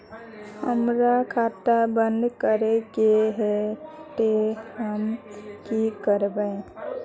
हमर खाता बंद करे के है ते हम की करबे?